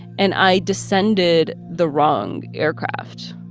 and i descended the wrong aircraft.